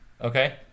Okay